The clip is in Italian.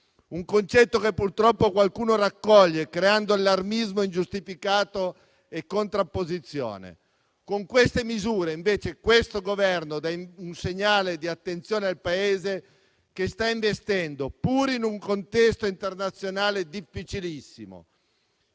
un concetto che purtroppo qualcuno raccoglie, creando allarmismo ingiustificato e contrapposizione. Con queste misure, invece, il Governo dà un segnale di attenzione al Paese che sta investendo, seppure in un contesto internazionale difficilissimo.